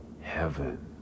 heaven